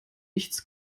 nichts